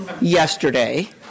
yesterday